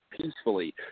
Peacefully